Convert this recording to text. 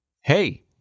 Hey